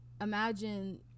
imagine